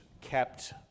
kept